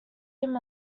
him